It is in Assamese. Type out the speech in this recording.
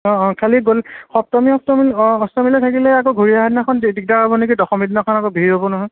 অ' অ' খালী গ সপ্তমী অষ্টমী অ' অষ্টমীলৈ থাকিলে আকৌ ঘূৰি অহা দিনাখন দিগদাৰ হ'ব নেকি দশমী দিনাখন আকৌ ভিৰ হ'ব নহয়